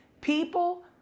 People